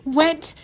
went